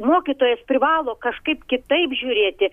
mokytojas privalo kažkaip kitaip žiūrėti